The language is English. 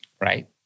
right